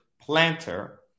planter